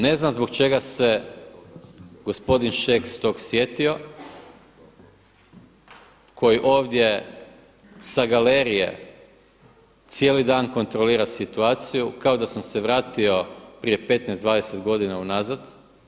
Ne znam zbog čega se gospodin Šeks tog sjetio, koji ovdje sa galerije cijeli dan kontrolira situaciju, kao da sam se vratio prije 15, 20 godina unazad.